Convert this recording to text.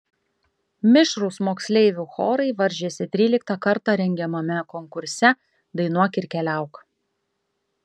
mišrūs moksleivių chorai varžėsi tryliktą kartą rengiamame konkurse dainuok ir keliauk